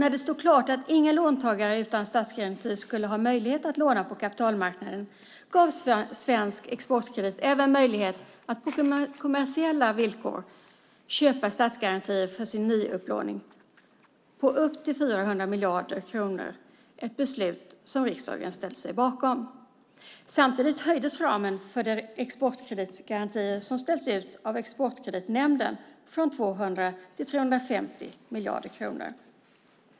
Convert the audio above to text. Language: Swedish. När det stod klart att inga låntagare utan statsgaranti skulle ha möjlighet att låna på kapitalmarknaden gavs Svensk Exportkredit även möjligheten att på kommersiella villkor köpa statsgarantier för sin nyupplåning på upp till 400 miljarder kronor - ett beslut som riksdagen ställt sig bakom. Samtidigt höjdes ramen för de exportkreditgarantier som ställts ut av Exportkreditnämnden från 200 miljarder till 350 miljarder kronor.